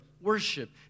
worship